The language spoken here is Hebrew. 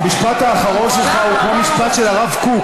המשפט האחרון שלך הוא כמו משפט של הרב קוק,